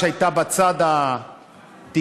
שהייתה בצד התקשורתי,